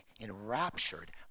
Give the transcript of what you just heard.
enraptured